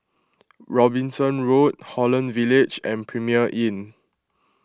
Robinson Road Holland Village and Premier Inn